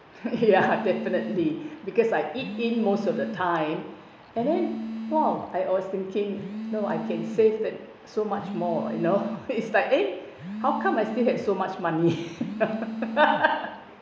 ya definitely because I eat in most of the time and then !wow! I was thinking no I can save so much more you know it's like eh how come I still get so much money